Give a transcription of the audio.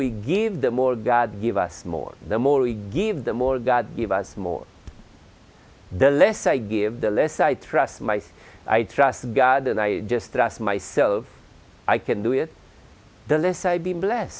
we give the more god give us more the more we give the more god give us more the less i give the less i trust my i trust god and i just trust myself i can do it the less i've been blessed